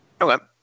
Okay